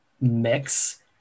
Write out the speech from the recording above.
mix